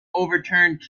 overturned